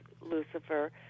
Lucifer